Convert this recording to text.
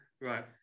Right